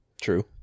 True